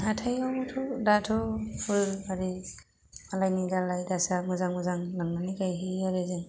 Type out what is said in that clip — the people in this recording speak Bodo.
हाथाइयावथ' दाथ' फुल आरि मालायनि दालाइ दासा मोजां मोजां मोननानै गायहैयो आरो जों